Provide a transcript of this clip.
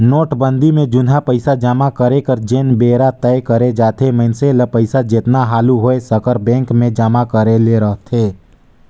नोटबंदी में जुनहा पइसा जमा करे कर जेन बेरा तय करे जाथे मइनसे ल पइसा जेतना हालु होए सकर बेंक में जमा करे ले रहथे